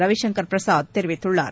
ரவிசங்கர் பிரசாத் தெரிவித்துள்ளார்